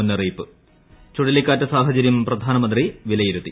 മുന്നറിയിപ്പ് ചുഴലിക്കാറ്റ് സാഹചര്യം പ്രധാനമന്ത്രി വിലയിരുത്തി